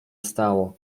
stało